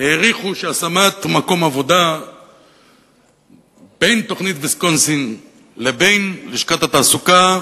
העריכו שהשמת מקום עבודה בין תוכנית ויסקונסין לבין לשכת התעסוקה,